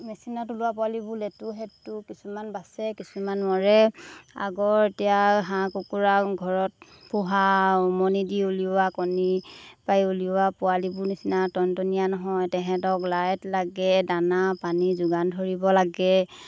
মেচিনত ওলোৱা পোৱালিবোৰ লেতু সেতু কিছুমান বাচে কিছুমান মৰে আগৰ এতিয়া হাঁহ কুকুৰা ঘৰত পোহা উমনি দি উলিওৱা কণী পাৰি ওলিওৱা পোৱালিবোৰৰ নিচিনা টনটনীয়া নহয় তাহাঁতক লাইট লাগে দানা পানী যোগান ধৰিব লাগে